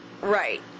Right